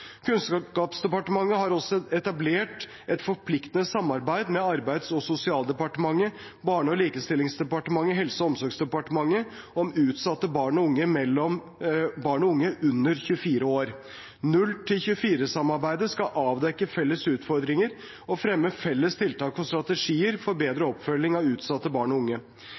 Kunnskapsdepartementet har også etablert et forpliktende samarbeid med Arbeids- og sosialdepartementet, Barne- og likestillingsdepartementet og Helse- og omsorgsdepartementet om utsatte barn og unge under 24 år. 0–24-samarbeidet skal avdekke felles utfordringer og fremme felles tiltak og strategier for bedre oppfølging av utsatte barn og unge.